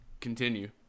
continue